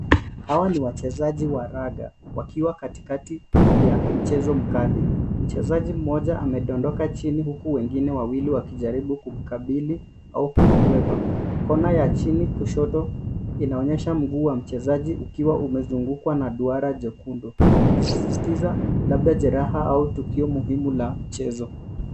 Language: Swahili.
Hawa ni wachezaji wa raga wakiwa katikati ya mchezo mkali. Mchezaji mmoja amedodoka chini huku wengine wawili wakijaribu kumkabili au kumkwepa kona ya chini kushoto inaonyesha mguu wa mchezaji ukiwa umezungukwa na duara jekundu ikisisitiza labda jeraha au tukio muhimu la mchezo.